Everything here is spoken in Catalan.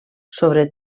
sobre